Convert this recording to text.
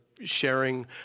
sharing